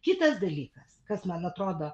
kitas dalykas kas man atrodo